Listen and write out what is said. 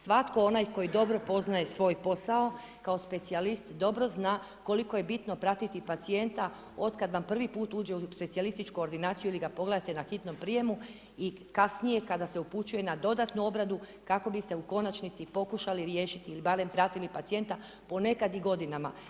Svatko onaj koji dobro poznaje svoj posao kao specijalist, dobro zna koliko je bitno pratiti pacijenta otkad vam prvi put uđe u specijalističku ordinaciju ili ga pogledate na hitnom prijemu i kasnije kada se upućuje na dodatnu obradu, kako bi ste u konačnici pokušali riješiti ili barem pratili pacijenta po nekad i godinama.